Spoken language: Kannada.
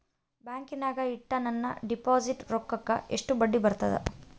ಬ್ಯಾಂಕಿನಾಗ ಇಟ್ಟ ನನ್ನ ಡಿಪಾಸಿಟ್ ರೊಕ್ಕಕ್ಕ ಎಷ್ಟು ಬಡ್ಡಿ ಬರ್ತದ?